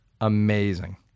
Amazing